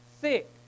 Sick